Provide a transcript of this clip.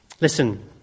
Listen